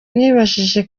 nibajije